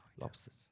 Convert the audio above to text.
Lobsters